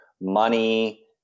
money